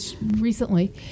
recently